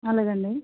అలగండి